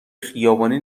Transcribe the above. خیابانی